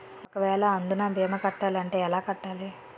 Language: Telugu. ఒక వేల అందునా భీమా కట్టాలి అంటే ఎలా కట్టాలి?